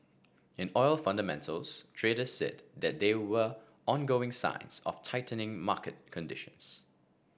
in oil fundamentals traders said that there were ongoing signs of tightening market conditions